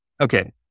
Okay